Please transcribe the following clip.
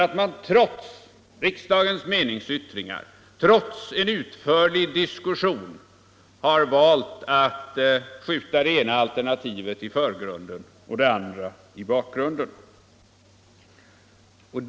Trots riksdagens meningsyttringar och trots en utförlig diskussion har man valt att skjuta det ena alternativet i förgrunden och det andra i bakgrunden.